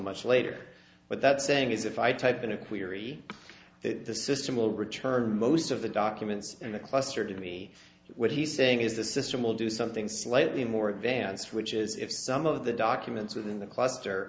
much later but that saying is if i type in a query that the system will return most of the documents in the cluster to me what he's saying is the system will do something slightly more advanced which is if some of the documents within the clu